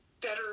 better